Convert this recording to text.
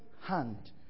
hand